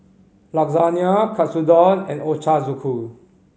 Lasagne Katsudon and Ochazuke